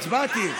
הצבעתי,